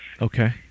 Okay